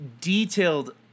Detailed